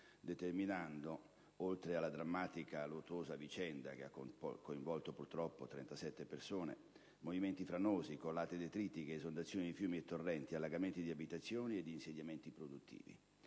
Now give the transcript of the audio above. determinando, oltre al drammatico e luttuoso evento che ha coinvolto purtroppo 37 persone, movimenti franosi, colate detritiche, esondazioni di fiumi e torrenti, allagamenti di abitazioni e di insediamenti produttivi.